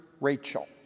Rachel